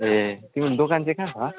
ए तिम्रो दोकान चाहिँ कहाँ छ